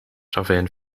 ravijn